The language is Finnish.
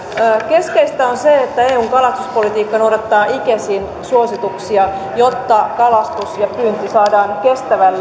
keskeistä on se että eun kalastuspolitiikka noudattaa icesin suosituksia jotta kalastus ja pyynti saadaan kestävälle